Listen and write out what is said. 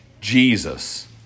Jesus